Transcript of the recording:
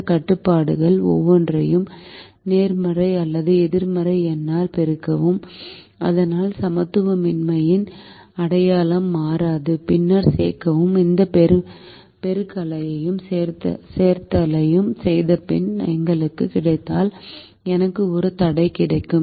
இந்த கட்டுப்பாடுகள் ஒவ்வொன்றையும் நேர்மறை அல்லது எதிர்மறை எண்ணால் பெருக்கவும் இதனால் சமத்துவமின்மையின் அடையாளம் மாறாது பின்னர் சேர்க்கவும் இந்த பெருக்கலையும் சேர்த்தலையும் செய்தபின் எங்களுக்கு கிடைத்தால் எனக்கு ஒரு தடை கிடைக்கும்